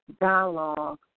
dialogue